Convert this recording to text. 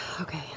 Okay